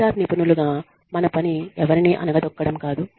HR నిపుణులుగా మన పని ఎవరినీ అణగదొక్కడం కాదు